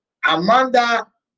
Amanda